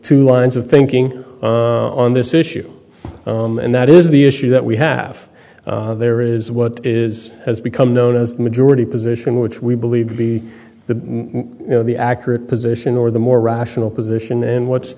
two lines of thinking on this issue and that is the issue that we have there is what is has become known as the majority position which we believe to be the you know the accurate position or the more rational position and what's